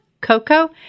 Coco